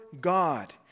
God